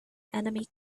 enemy